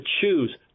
choose